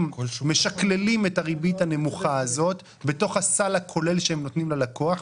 הם משקללים את הריבית הנמוכה הזאת בתוך הסל הכולל שהם נותנים ללקוח,